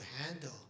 handle